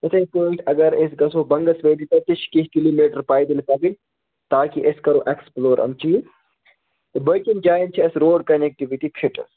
یِتھَے پٲٹھۍ اگر أسۍ گژھو بَنٛگَس ویلی تَتہِ تہِ چھِ کیٚنٛہہ کِلوٗ میٖٹَر پایدٔلۍ پَکٕنۍ تاکہِ أسۍ کَرو ایٚکٕسپُلور یِم چیٖز تہٕ بٲقیَن جایَن چھِ اَسہِ روڈ کَنیکٹیٛوِٹی فِٹ حظ